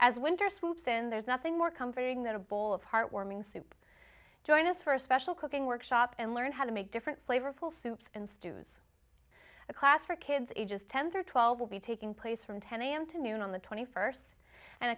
as winter swoops in there's nothing more comforting than a bowl of heartwarming soup join us for a special cooking workshop and learn how to make different flavorful soups and stews a class for kids ages ten through twelve will be taking place from ten am to noon on the twenty first and